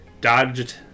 dodged